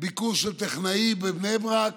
ביקור של טכנאי בבני ברק